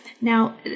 Now